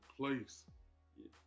place